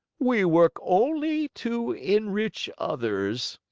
we work only to enrich others.